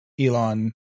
Elon